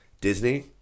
Disney